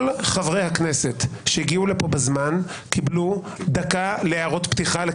כל חברי הכנסת שהגיעו לפה בזמן קיבלו דקה להערות פתיחה.